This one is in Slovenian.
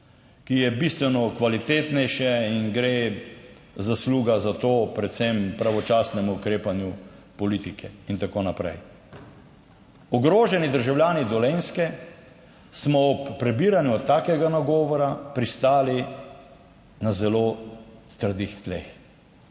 ki je bistveno kvalitetnejše in gre zasluga za to predvsem pravočasnemu ukrepanju politike in tako naprej. Ogroženi državljani Dolenjske smo ob prebiranju takega nagovora pristali na zelo trdih tleh.